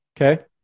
Okay